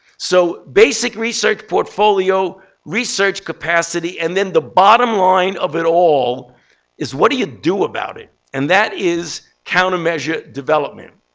so basic research portfolio, research capacity, and then the bottom line of it all is, what do you do about it? and that is counter-measure development.